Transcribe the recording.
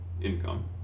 income